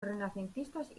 renacentistas